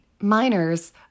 miners